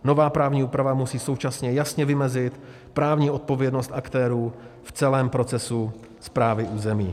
Nová právní úprava musí současně jasně vymezit právní odpovědnost aktérů v celém procesu správy území.